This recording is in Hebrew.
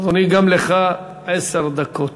אדוני, גם לך עשר דקות.